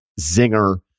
zinger